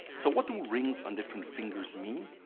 so what do rings on different fingers mean?